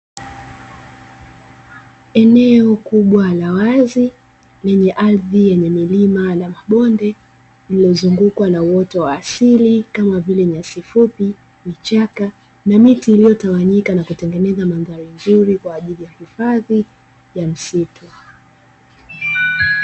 Eneo kubwa la wazi lenye ardhi yenye milima na mabonde iliyozungukwa na uoto wa asili kama vile: nyasi fupi, vichaka, na miti iliyotawanyika na kutengeneza mandhari nzuri kwaajili ya hifadhi ya msitu.